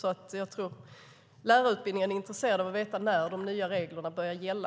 Jag tror att lärarutbildningen är intresserad av att veta när de nya reglerna börjar gälla.